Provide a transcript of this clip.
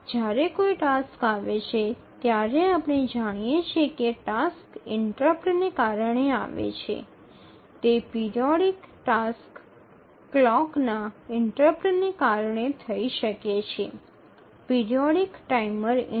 જ્યારે કોઈ ટાસ્ક આવે છે ત્યારે આપણે જાણીએ છીએ કે ટાસ્ક ઇન્ટરપ્ટને કારણે આવે છે તે પિરિયોડિક ટાસ્ક ક્લોકના ઇન્ટરપ્ટને કારણે થઈ શકે છે પિરિયોડિક ટાઈમર ઇન્ટરપ્ટ